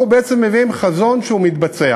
אנחנו בעצם מביאים חזון שמתבצע